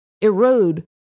erode